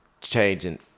changing